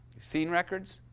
seen records?